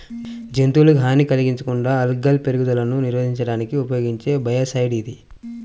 జంతువులకు హాని కలిగించకుండా ఆల్గల్ పెరుగుదలను నిరోధించడానికి ఉపయోగించే బయోసైడ్ ఇది